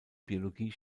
biologie